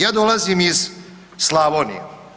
Ja dolazim iz Slavonije.